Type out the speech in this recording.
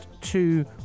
two